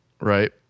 right